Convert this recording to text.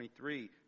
23